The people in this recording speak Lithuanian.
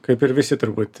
kaip ir visi turbūt